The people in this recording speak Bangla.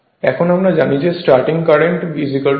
এখন আমরা জানি যে starting current V 2r2 2 x 2 2 হয়